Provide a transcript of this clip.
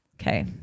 Okay